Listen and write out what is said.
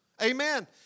Amen